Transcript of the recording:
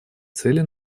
цели